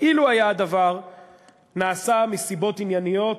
אילו נעשה הדבר מסיבות ענייניות,